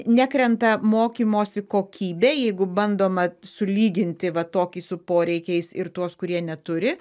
nekrenta mokymosi kokybė jeigu bandoma sulyginti va tokį su poreikiais ir tuos kurie neturi